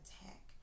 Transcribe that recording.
attack